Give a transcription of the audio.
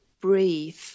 breathe